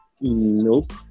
Nope